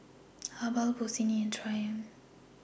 Habhal Bossini and Triumph